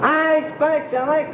i don't like